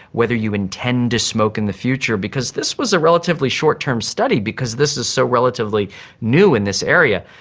whether you intend to smoke in the future. because this was a relatively short-term study because this is so relatively new in this area.